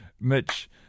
Mitch